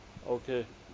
okay